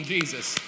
Jesus